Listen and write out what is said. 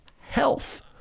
health